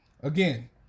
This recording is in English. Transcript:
Again